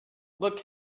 look